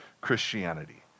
Christianity